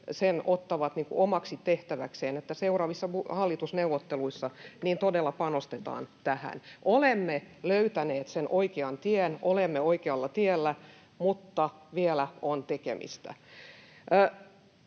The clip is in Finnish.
ottavat omaksi tehtäväkseen, että seuraavissa hallitusneuvotteluissa todella panostetaan tähän. Olemme löytäneet sen oikean tien ja olemme oikealla tiellä, mutta vielä on tekemistä.